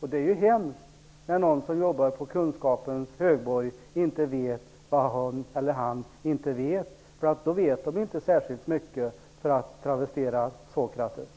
Det är hemskt om den som arbetar på kunskapens högborg inte vet vad han eller hon inte vet, för då vet den inte särskilt mycket, för att travestera Sokrates.